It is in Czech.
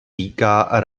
týká